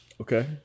Okay